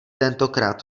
tentokrát